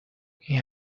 این